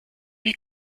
wie